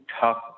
tough